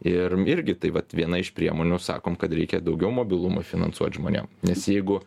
ir irgi tai vat viena iš priemonių sakom kad reikia daugiau mobilumo finansuot žmonėm nes jeigu